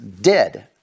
dead